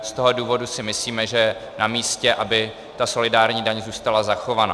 Z toho důvodu si myslíme, že je namístě, aby ta solidární daň zůstala zachovaná.